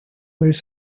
very